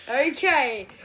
Okay